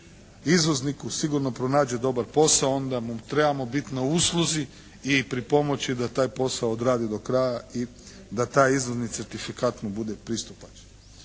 izvozniku sigurno pronađe dobar posao, onda mu trebamo bit na usluzi i pripomoći da taj posao odradi do kraja i da taj izvozni certifikat mu bude pristupačan.